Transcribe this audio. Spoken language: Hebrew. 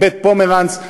"בית פומרנץ",